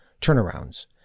turnarounds